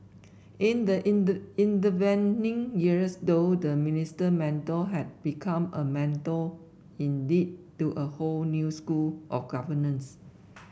in the inter intervening years though the Minister Mentor had become a mentor indeed to a whole new school of governance